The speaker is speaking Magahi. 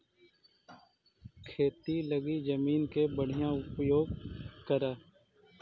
खेती लगी जमीन के बढ़ियां उपयोग करऽ